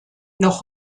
noch